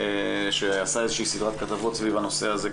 שעשה סדרת כתבות סביב הנושא הזה,